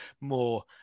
more